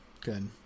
Good